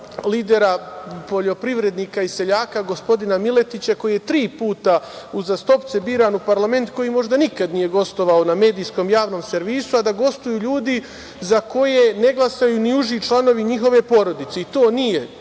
lidera poljoprivrednika i seljaka gospodina Miletića koji je tri puta uzastopce biran u parlamentu koji možda nikada nije gostovao na medijskom Javnom servisu, a da gostuju ljudi za koje ne glasaju ni uži članovi njihove porodice. To nije